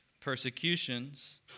persecutions